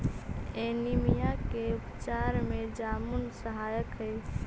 anaemia के उपचार में जामुन सहायक हई